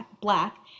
black